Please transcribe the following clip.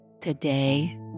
today